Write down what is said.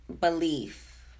belief